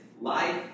life